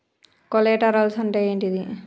Collaterals అంటే ఏంటిది?